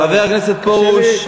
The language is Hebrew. חבר הכנסת פרוש.